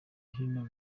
hino